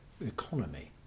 Economy